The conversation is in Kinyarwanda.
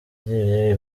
wagiye